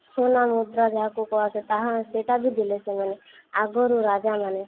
ସୁନା ମୁୁଦ୍ରା ଯାହାକୁ କୁହାଯାଏ ତାହା ସେଟା ବି ଦେଲେ ସେମାନେ ଆଗରୁ ରାଜାମାନେ